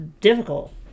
difficult